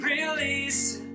Release